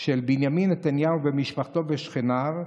של בנימין נתניהו ומשפחתו ושכניו,